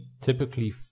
typically